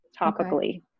topically